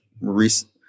recent